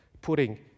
putting